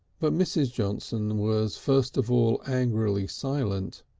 but mrs. johnson was first of all angrily silent,